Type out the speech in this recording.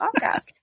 podcast